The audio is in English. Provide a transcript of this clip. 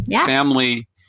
Family